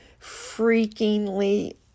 freakingly